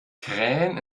krähen